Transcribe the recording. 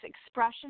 expression